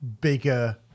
bigger